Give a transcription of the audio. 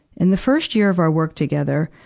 in the first year of our work together,